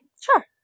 sure